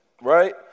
Right